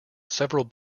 several